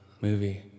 movie